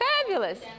fabulous